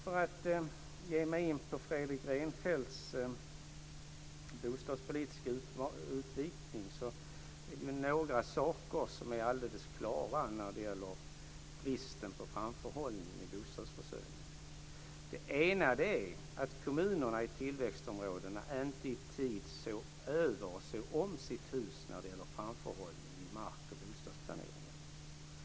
För att ge mig in på Fredrik Reinfeldts bostadspolitiska utvikning är det några saker som är alldeles klara när det gäller bristen på framförhållning i bostadsförsörjningen. Det ena är att kommunerna i tillväxtområdena inte i tid såg om sitt hus när det gällde framförhållningen i mark och bostadsplaneringen.